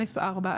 א.4.